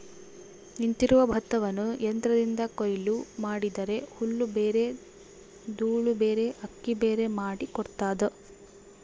ನಿಂತಿರುವ ಭತ್ತವನ್ನು ಯಂತ್ರದಿಂದ ಕೊಯ್ಲು ಮಾಡಿದರೆ ಹುಲ್ಲುಬೇರೆ ದೂಳುಬೇರೆ ಅಕ್ಕಿಬೇರೆ ಮಾಡಿ ಕೊಡ್ತದ